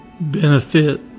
benefit